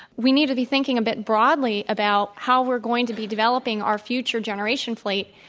we need to be thinking a bit broadly about how we're going to be developing our future generation plate,